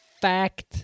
fact